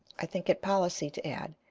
i think it policy to add,